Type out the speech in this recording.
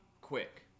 quick